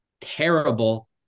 terrible